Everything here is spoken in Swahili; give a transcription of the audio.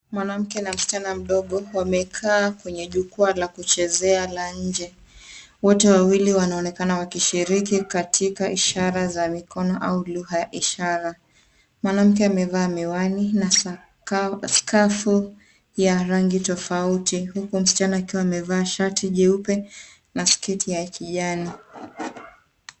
Mwanamke na msichana mdogo wamekaa kwenye jukwaa la kuchezea la nje. Wote wawili wanaonekana wakishiriki katika ishara za mikono au lugha ya ishara. Mwanamke amevaa miwani na skafu ya rangi tofauti huku msichana akiwa amevaa shati jeupe na sketi ya kijani.